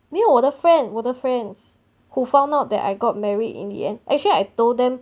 没有我的 friend 我的 friends who found out that I got married in the end actually I told them